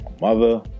mother